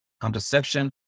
contraception